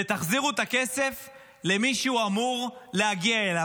ותחזירו את הכסף למי שהוא אמור להגיע אליו.